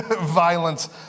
violence